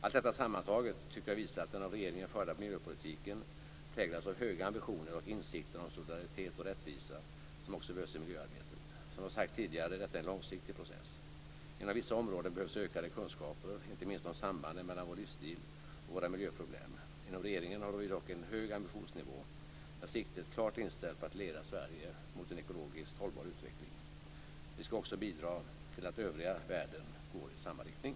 Allt detta sammantaget tycker jag visar att den av regeringen förda miljöpolitiken präglas av höga ambitioner och insikten om solidaritet och rättvisa, som också behövs i miljöarbetet. Som jag sagt tidigare är detta en långsiktig process. Inom vissa områden behövs ökade kunskaper, inte minst om sambanden mellan vår livsstil och våra miljöproblem. Inom regeringen har vi dock en hög ambitionsnivå med siktet klart inställt på att leda Sverige mot en ekologiskt hållbar utveckling. Vi skall också bidra till att övriga världen går i samma riktning.